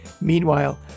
Meanwhile